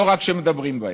לא רק שמדברים בהם.